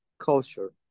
culture